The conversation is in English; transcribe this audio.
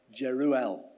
Jeruel